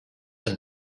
and